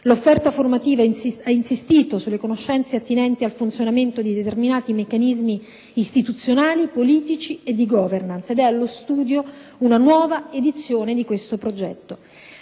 L'offerta formativa ha insistito sulle conoscenze attinenti al funzionamento di determinati meccanismi istituzionali, politici e di *governance* ed è allo studio una nuova edizione di questo progetto.